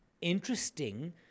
interesting